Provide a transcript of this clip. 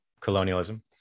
colonialism